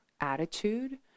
attitude